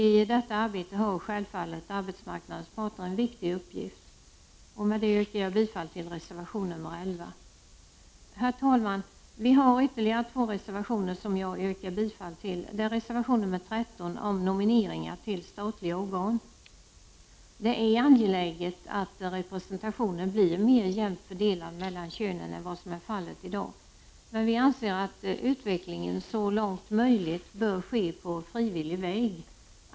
I detta arbete har självfallet arbetsmarknadens parter en viktig uppgift. Jag yrkar bifall till reservation 11. Herr talman! Centerpartiet har fogat ytterligare två reservationer till betänkandet, vilka jag yrkar bifall till. I reservation 13 tas nomineringar till statliga organ upp. Det är angeläget att representationen blir mer jämnt fördelad mellan könen än vad som är fallet i dag. Men vi i centern anser att utvecklingen så långt som möjligt bör ske på frivillig väg.